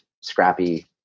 scrappy